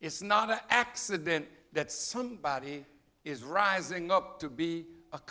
it's not an accident that somebody is rising up to be a